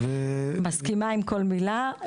מסכימה עם כל מילה,